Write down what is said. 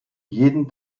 jeden